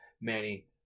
Manny